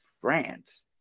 France